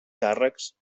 càrrecs